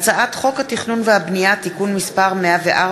הצעת חוק התכנון והבנייה (תיקון מס' 104),